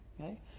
Okay